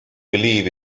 believe